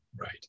right